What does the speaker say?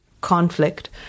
conflict